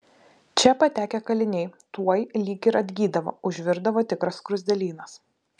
čia patekę kaliniai tuoj lyg ir atgydavo užvirdavo tikras skruzdėlynas